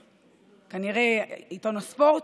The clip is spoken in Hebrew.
כנראה בעיתון הספורט,